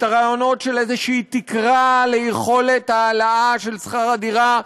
את הרעיונות של איזושהי תקרה ליכולת ההעלאה של שכר הדירה,